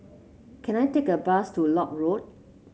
can I take a bus to Lock Road